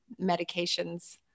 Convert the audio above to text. medications